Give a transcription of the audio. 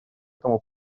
этому